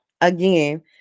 again